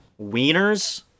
Wieners